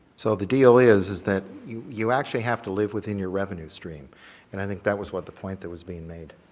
so the deal is is that you you actually have to live within your revenue stream and i think that was what the point that was being made.